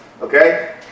Okay